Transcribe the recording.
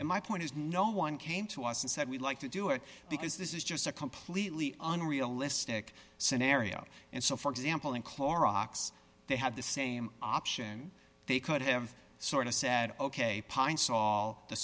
and my point is no one came to us and said we'd like to do it because this is just a completely unrealistic scenario and so for example in clorox they have the same option they could have sort of said ok pints all the